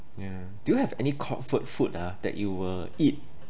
yeah do you have any comfort food ah that you will eat